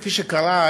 כפי שקרה,